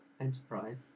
Enterprise